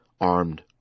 armed